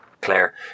Claire